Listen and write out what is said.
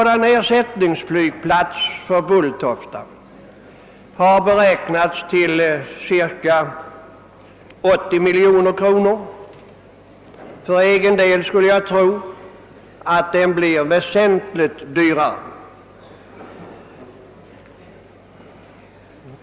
Denna ersättningsflygplats för Bulltofta har kostnadsberäknats till cirka 80 miljoner kronor. Personligen skulle jag tro att den blir väsentligt dyrare.